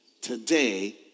today